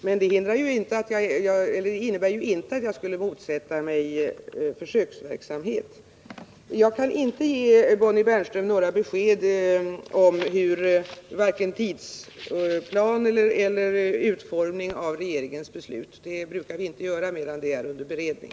Men det innebär ju inte att jag skulle motsätta mig försöksverksamhet. Jag kan inte ge Bonnie Bernström några besked om vare sig tidsplan eller utformning av regeringens beslut — det brukar vi inte göra medan ett ärende är under beredning.